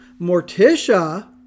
Morticia